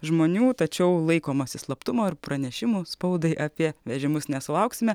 žmonių tačiau laikomasi slaptumo ir pranešimų spaudai apie vežimus nesulauksime